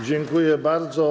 Dziękuję bardzo.